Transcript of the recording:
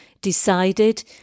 decided